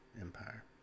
Empire